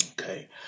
Okay